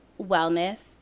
Wellness